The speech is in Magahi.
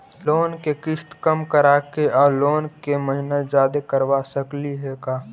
लोन के किस्त कम कराके औ लोन के महिना जादे करबा सकली हे का?